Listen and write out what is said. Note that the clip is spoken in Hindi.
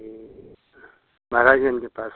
ये महाराजगंज के पास